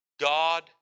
God